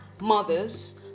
mothers